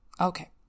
Okay